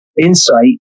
insight